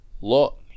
Look